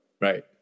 Right